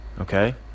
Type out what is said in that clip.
Okay